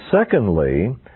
secondly